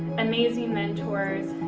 amazing mentors,